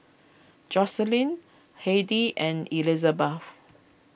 Joycelyn Hedy and Elisabeth